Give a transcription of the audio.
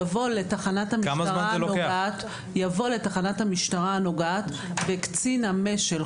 יבוא לתחנת המשטרה הנוגעת וקצין המש"ל,